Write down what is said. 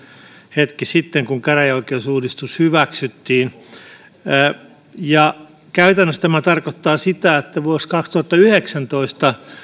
hetki sitten kun käräjäoikeusuudistus hyväksyttiin käytännössä tämä tarkoittaa sitä että vuonna kaksituhattayhdeksäntoista